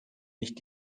nicht